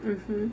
mmhmm